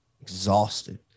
exhausted